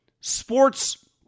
sports